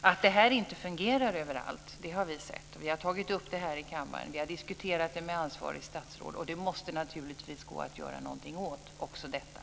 Att det här inte fungerar överallt har vi sett, och vi har tagit upp det i kammaren och diskuterat det med ansvarigt statsråd. Det måste naturligtvis gå att göra någonting åt också detta.